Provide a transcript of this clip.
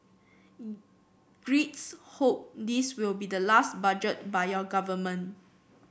Greeks hope this will be the last budget by your government